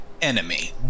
enemy